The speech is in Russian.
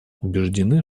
убеждены